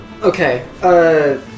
Okay